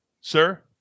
Sir